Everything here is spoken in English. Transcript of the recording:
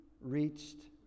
reached